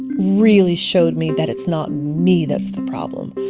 really showed me that it's not me that's the problem,